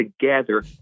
together